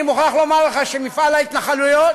אני מוכרח לומר לך שמפעל ההתנחלויות